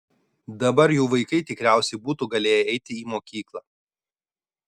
dabar jų vaikai tikriausiai būtų galėję eiti į mokyklą